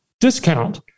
discount